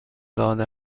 داده